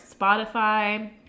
Spotify